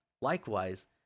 Likewise